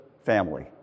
family